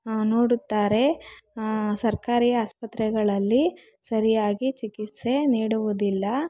ನೋಡುತ್ತಾರೆ ಸರ್ಕಾರಿ ಆಸ್ಪತ್ರೆಗಳಲ್ಲಿ ಸರಿಯಾಗಿ ಚಿಕಿತ್ಸೆ ನೀಡುವುದಿಲ್ಲ